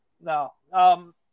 No